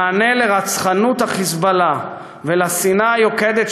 המענה לרצחנות ה"חיזבאללה" ולשנאה היוקדת